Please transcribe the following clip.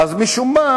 משום מה